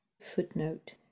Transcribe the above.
Footnote